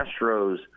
Astros